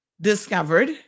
discovered